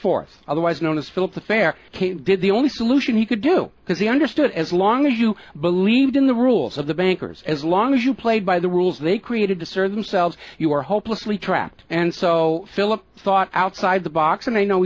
fourth otherwise known as phillip the fair did the only solution he could do because he understood as long as you believed in the rules of the bankers as long as you played by the rules they created to serve themselves you are hopelessly trapped and so philip thought outside the box